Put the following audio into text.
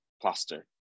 plaster